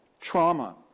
trauma